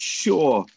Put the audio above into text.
sure